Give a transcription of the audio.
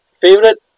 Favorite